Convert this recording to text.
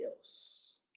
else